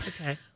Okay